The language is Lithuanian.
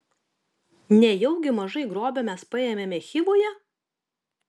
nejaugi mažai grobio mes paėmėme chivoje